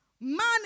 man